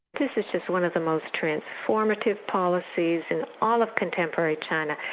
this this is one of the most transformative policies in all of contemporary china.